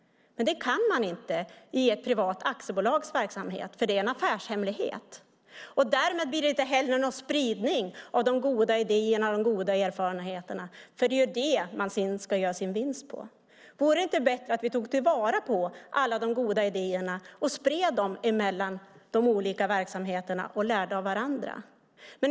Det kan man inte i ett privat aktiebolags verksamhet. Det är en affärshemlighet. Därmed blir det inte heller någon spridning av de goda idéerna och de goda erfarenheterna. Det är vad man ska göra sin vinst på. Vore det inte bättre att vi tog till vara alla de goda idéerna och spred dem mellan de olika verksamheterna och lärde av varandra?